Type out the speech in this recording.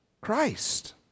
Christ